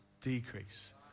decrease